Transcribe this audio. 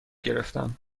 گرفتم